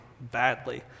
badly